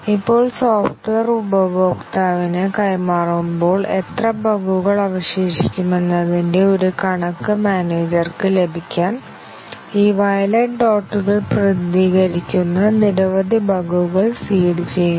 ഇപ്പോൾ സോഫ്റ്റ്വെയർ ഉപഭോക്താവിന് കൈമാറുമ്പോൾ എത്ര ബഗുകൾ അവശേഷിക്കുമെന്നതിന്റെ ഒരു കണക്ക് മാനേജർക്ക് ലഭിക്കാൻ ഈ വയലറ്റ് ഡോട്ടുകൾ പ്രതിനിധീകരിക്കുന്ന നിരവധി ബഗുകൾ സീഡ് ചെയ്യുന്നു